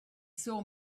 saw